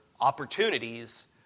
opportunities